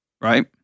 Right